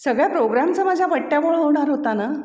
सगळ्या प्रोग्रामचा माझ्या भट्ट्यामुळे ऑर्डार होता ना